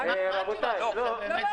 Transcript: נכון?